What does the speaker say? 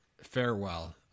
farewell